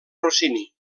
rossini